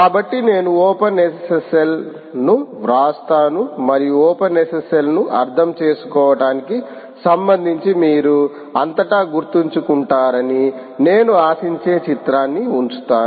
కాబట్టి నేను ఓపెన్ఎస్ఎస్ఎల్ ను వ్రాస్తాను మరియు ఓపెన్ఎస్ఎస్ఎల్ ను అర్థం చేసుకోవటానికి సంబంధించి మీరు అంతటా గుర్తుంచుకుంటారని నేను ఆశించే చిత్రాన్ని ఉంచుతాను